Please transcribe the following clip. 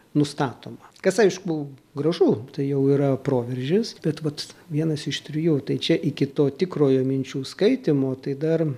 nustatoma kas aišku gražu tai jau yra proveržis bet vat vienas iš trijų tai čia iki to tikrojo minčių skaitymo tai dar